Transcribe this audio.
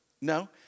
No